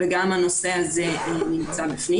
וגם הנושא הזה נמצא בפנים.